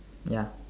ya